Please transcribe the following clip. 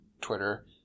twitter